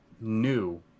new